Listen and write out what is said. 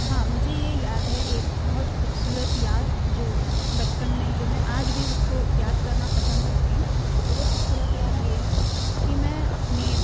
ہاں مجھے یہ یاد ہےایک بہت خوبصورت یاد جو بچپن میں جو میں آج بھی اس کو یاد کرنا پسند کرتی ہوں تو وہ خوبصورت یاد یہ ہے کہ میں اپنے